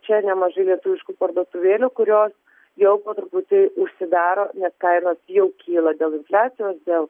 čia nemažai lietuviškų parduotuvėlių kurios jau po truputį užsidaro nes kainos jau kyla dėl infliacijos dėl